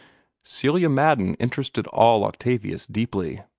celia madden interested all octavius deeply.